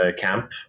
camp